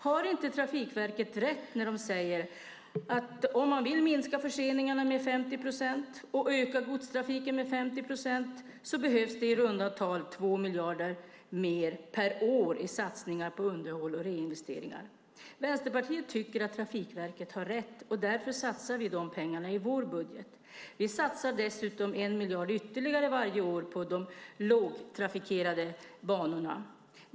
Har inte Trafikverket rätt när de säger att om man vill minska förseningarna med 50 procent och öka godstrafiken med 50 procent behövs det i runda tal 2 miljarder mer per år i satsningar på underhåll och reinvesteringar? Vänsterpartiet tycker att Trafikverket har rätt, och därför satsar vi de pengarna i vår budget. Vi satsar dessutom 1 miljard ytterligare varje år på de lågtrafikerade banorna.